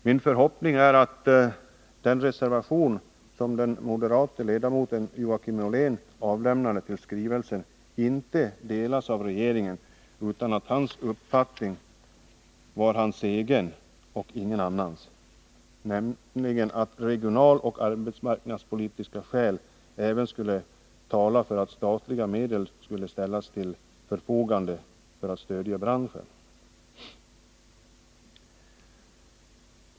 Min förhoppning är att synpunkterna i den reservation som den moderate ledamoten Joakim Ollén avlämnade till skrivelsen inte delas av regeringen utan att hans uppfattning är hans egen och ingen annans. Han anser nämligen attinga regionaloch arbetsmarknadspolitiska skäl talar för att statliga medel bör ställas till förfogande för att stödja branschen.